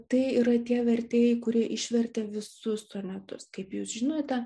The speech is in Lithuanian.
tai yra tie vertėjai kurie išvertė visus sonetus kaip jūs žinote